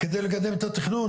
על מנת לקדם את התכנון.